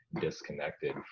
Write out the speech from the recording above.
disconnected